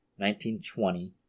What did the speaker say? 1920